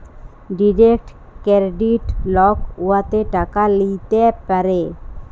direct credit লক উয়াতে টাকা ল্যিতে পারে